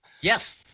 Yes